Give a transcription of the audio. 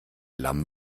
lamm